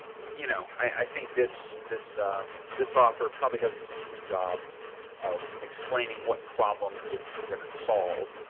you know, i think this, this this offer probably does a decent job of explaining what problem it's going to solve.